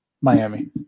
Miami